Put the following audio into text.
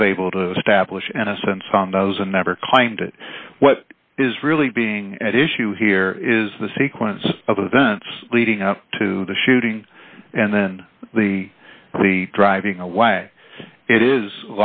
was able to establish and a sense on those and never claimed that what is really being at issue here is the sequence of events leading up to the shooting and then the driving away it is